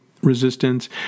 resistance